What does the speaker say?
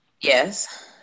Yes